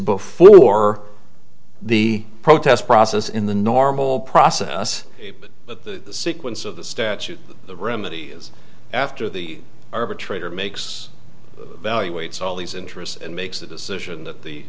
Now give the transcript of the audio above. before the protest process in the normal process but the sequence of the statute the room that is after the arbitrator makes value weights all these interests and makes a decision that the